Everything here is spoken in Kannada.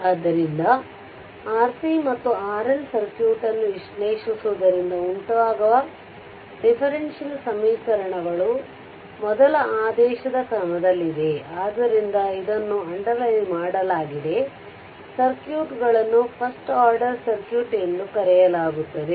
ಆದ್ದರಿಂದ RC ಮತ್ತು RL ಸರ್ಕ್ಯೂಟ್ ಅನ್ನು ವಿಶ್ಲೇಷಿಸುವುದರಿಂದ ಉಂಟಾಗುವ ಡಿಫರೆನ್ಷಿಯಲ್ ಸಮೀಕರಣಗಳು ಮೊದಲ ಆದೇಶದ ಕ್ರಮದಲ್ಲಿದೆ ಆದ್ದರಿಂದ ಇದನ್ನು ಅಂಡರ್ಲೈನ್ ಮಾಡಲಾಗಿದೆ ಸರ್ಕ್ಯೂಟ್ಗಳನ್ನು ಫಸ್ಟ್ ಆರ್ಡರ್ ಸರ್ಕ್ಯೂಟ್ಎಂದು ಕರೆಯಲಾಗುತ್ತದೆ